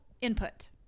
input